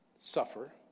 suffer